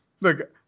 Look